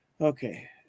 Okay